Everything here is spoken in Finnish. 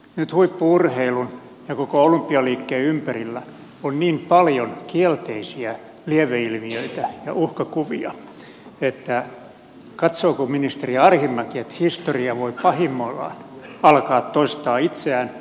nyt huippu urheilun ja koko olympialiikkeen ympärillä on niin paljon kielteisiä lieveilmiöitä ja uhkakuvia että katsooko ministeri arhinmäki että historia voi pahimmoillaan alkaa toistaa itseään